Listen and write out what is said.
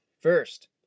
first